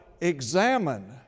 examine